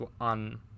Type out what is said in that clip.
on